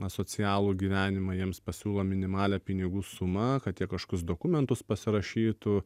asocialų gyvenimą jiems pasiūlo minimalią pinigų sumą kad jie kažkokius dokumentus pasirašytų